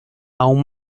aún